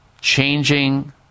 changing